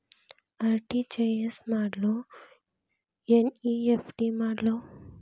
RTGS ಮಾಡ್ಲೊ NEFT ಮಾಡ್ಲೊ?